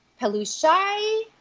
Pelushai